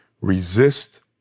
resist